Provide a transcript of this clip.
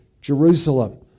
Jerusalem